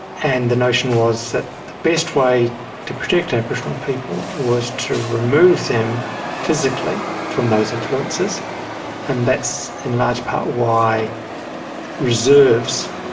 and the notion was that the best way to protect aboriginal people was to remove them physically from those influences and that's in large part why reserves,